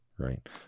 Right